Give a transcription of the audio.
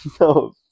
No